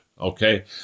Okay